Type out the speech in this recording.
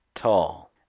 tall